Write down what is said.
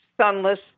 sunless